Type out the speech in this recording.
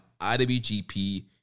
IWGP